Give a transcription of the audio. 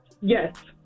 Yes